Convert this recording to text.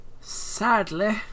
Sadly